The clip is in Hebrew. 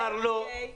תמר, לא.